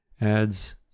adds